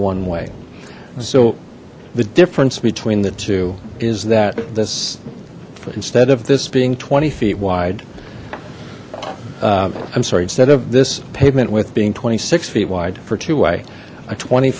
one way so the difference between the two is that this instead of this being twenty feet wide i'm sorry instead of this pavement width being twenty six feet wide for two way a twenty